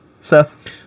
Seth